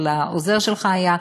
אבל העוזר שלך היה,